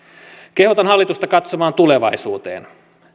kehotan hallitusta katsomaan tulevaisuuteen